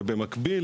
ובמקביל,